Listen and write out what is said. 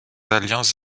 alliances